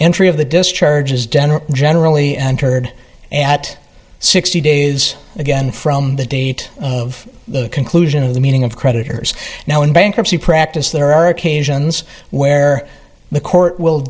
entry of the discharge is generally entered at sixty days again from the date of the conclusion of the meaning of creditors now in bankruptcy practice there are occasions where the court will